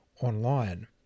online